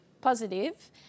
positive